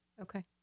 Okay